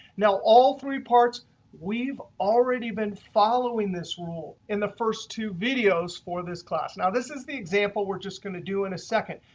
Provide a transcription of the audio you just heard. now, all three parts we've already been following this rule in the first two videos for this class. now, this is the example we're just going to do in a second.